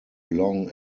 long